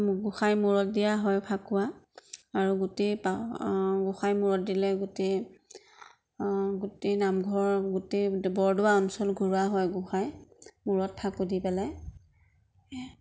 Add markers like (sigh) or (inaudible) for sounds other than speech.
গোঁসাই মূৰত দিয়া হয় ফাকুৱা আৰু গোটেই (unintelligible) গোঁসাই মূৰত দিলে গোটেই গোটেই নামঘৰ গোটেই বৰদোৱা অঞ্চল ঘূৰোৱা হয় গোঁসাই মূৰত ফাকু দি পেলাই